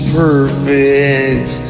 perfect